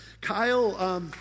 Kyle